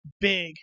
big